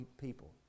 people